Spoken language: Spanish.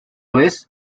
vez